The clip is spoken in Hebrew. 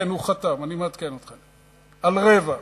כן, הוא חתם, אני מעדכן אתכם, על רבע.